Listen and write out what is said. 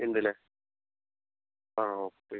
ഉണ്ടല്ലേ ആ ഓക്കെ